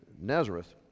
Nazareth